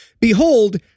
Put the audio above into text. Behold